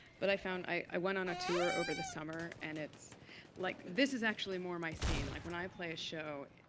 but i found i went on a tour over the summer. and it's like, this is actually more my scene. like, when i play a show,